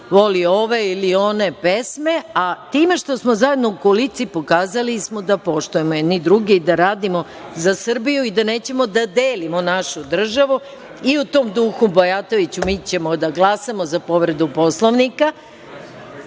voli ove ili one pesme, a time što smo zajedno u koaliciji pokazali smo da poštujemo jedni druge, da radimo za Srbiju i da nećemo da delimo našu državu. U tom duhu, Bajatoviću, mi ćemo da glasamo za povredu Poslovnika.